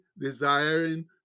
desiring